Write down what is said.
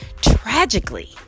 tragically